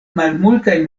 malmultaj